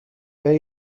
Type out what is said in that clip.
ben